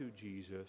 Jesus